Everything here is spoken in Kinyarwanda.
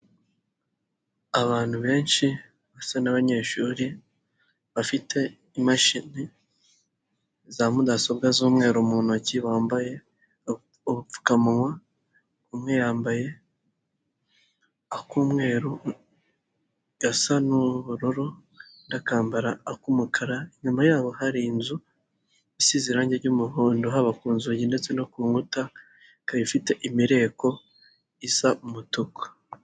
Abantu benshi basa n'abanyeshuri bafite imashini za mudasobwa z'umweru mu ntoki bambaye ubupfukamunwa umwe yambaye ak'umweru gasa n'ubururu undi akambara ak'umukara inyuma yaho hari inzu isize irangi ry'umuhondo haba ku nzugi, ndetse no ku nkuta ika ifite imireko isa umutuku.